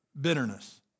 bitterness